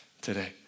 today